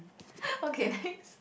okay next